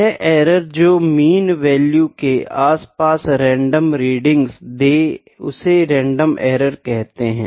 वह एरर जो mean value के आस पास रैंडम रीडिंग्स दे उसे रैंडम एरर कहते है